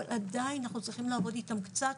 אבל עדיין אנחנו צריכים לעבוד איתם קצת,